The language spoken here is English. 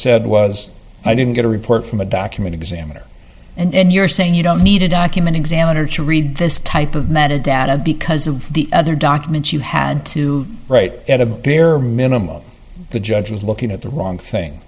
said was i didn't get a report from a document examiner and you're saying you don't need a document examiner to read this type of metadata because of the other documents you had to write at a bare minimum the judge was looking at the wrong thing